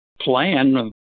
plan